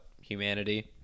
humanity